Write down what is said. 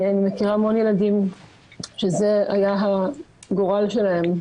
אני מכירה המון ילדים שזה היה הגורל שלהם.